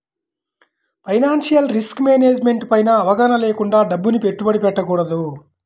financial risk management పైన అవగాహన లేకుండా డబ్బుని పెట్టుబడి పెట్టకూడదు